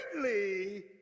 Greatly